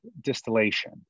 distillation